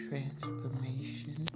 Transformation